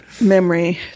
memory